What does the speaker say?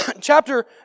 chapter